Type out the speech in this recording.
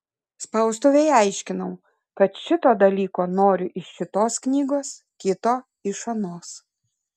spaustuvei aiškinau kad šito dalyko noriu iš šitos knygos kito iš anos